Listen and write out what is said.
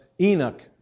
Enoch